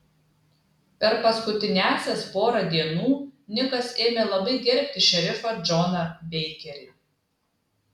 per paskutiniąsias porą dienų nikas ėmė labai gerbti šerifą džoną beikerį